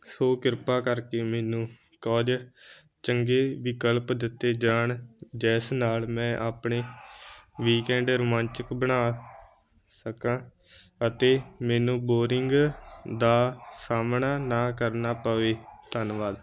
ਸੋ ਕਿਰਪਾ ਕਰਕੇ ਮੈਨੂੰ ਕੁਝ ਚੰਗੇ ਵਿਕਲਪ ਦਿੱਤੇ ਜਾਣ ਜਿਸ ਨਾਲ ਮੈਂ ਆਪਣੇ ਵੀਕੈਂਡ ਰੋਮਾਂਚਕ ਬਣਾ ਸਕਾਂ ਅਤੇ ਮੈਨੂੰ ਬੋਰਿੰਗ ਦਾ ਸਾਹਮਣਾ ਨਾ ਕਰਨਾ ਪਵੇ ਧੰਨਵਾਦ